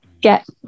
Get